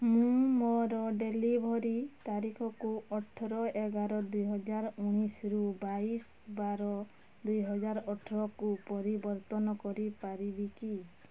ମୁଁ ମୋର ଡେଲିଭରି ତାରିଖକୁ ଅଠର ଏଗାର ଦୁଇ ହଜାର ଉଣେଇଶରୁ ବାଇଶ ବାର ଦୁଇ ହଜାର ଅଠରକୁ ପରିବର୍ତ୍ତନ କରିପାରିବି କି